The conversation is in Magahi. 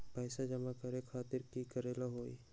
पैसा जमा करे खातीर की करेला होई?